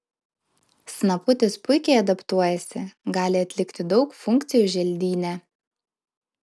snaputis puikiai adaptuojasi gali atlikti daug funkcijų želdyne